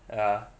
ya